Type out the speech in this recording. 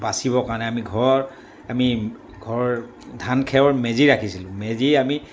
বাচিবৰ কাৰণে আমি ঘৰ আমি ঘৰৰ ধান খেৰৰ মেজি ৰাখিছিলোঁ মেজি আমি